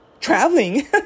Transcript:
traveling